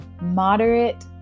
moderate